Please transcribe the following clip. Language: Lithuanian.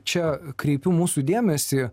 čia kreipiu mūsų dėmesį